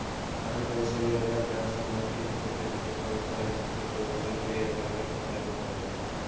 Atal pension Yojana के असंगठित क्षेत्र के कर्मचारी के पेंशन देय करने ले चालू होल्हइ